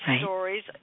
stories